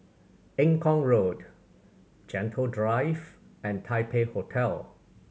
Eng Kong Road Gentle Drive and Taipei Hotel